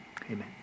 Amen